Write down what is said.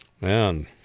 Man